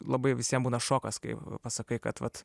labai visiem būna šokas kai pasakai kad vat